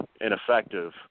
ineffective